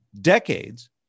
decades